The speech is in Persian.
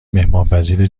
مهمانپذیر